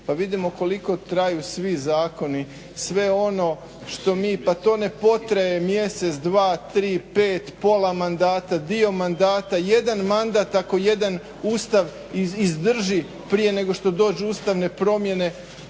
pa vidimo koliko traju svi zakoni, sve ono što mi, pa to ne potraje mjesec, dva, tri, pet, pola mandata, dio mandata, jedan mandat ako jedan ustav izdrži prije nego što dođu ustavne promjene,